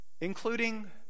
including